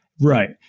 Right